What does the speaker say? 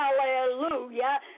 Hallelujah